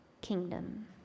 kingdom